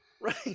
right